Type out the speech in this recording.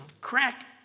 crack